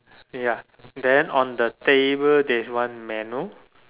ya then on the table there's one manual